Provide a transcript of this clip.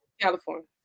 California